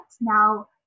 Now